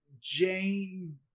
Jane